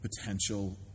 potential